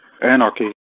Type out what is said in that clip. anarchy